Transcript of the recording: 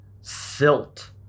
silt